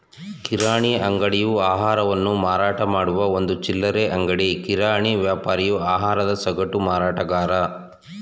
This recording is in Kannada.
ಕಿರಾಣಿ ಅಂಗಡಿಯು ಆಹಾರವನ್ನು ಮಾರಾಟಮಾಡುವ ಒಂದು ಚಿಲ್ಲರೆ ಅಂಗಡಿ ಕಿರಾಣಿ ವ್ಯಾಪಾರಿಯು ಆಹಾರದ ಸಗಟು ಮಾರಾಟಗಾರ